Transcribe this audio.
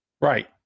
Right